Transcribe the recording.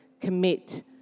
commit